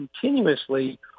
continuously